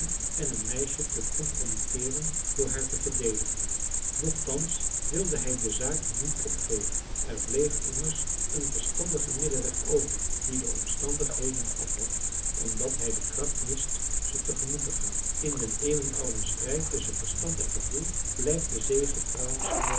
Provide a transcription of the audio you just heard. en een meisje te compromitteeren door haar te verdedigen nogtans wilde hij de zaak niet opgeven er bleef immers een verstandige middelweg over die de omstandigheden afwacht omdat hij de kracht mist ze te gemoet te gaan in den eeuwenouden strijd tusschen verstand en gevoel blijft de